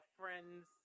friend's